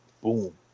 boom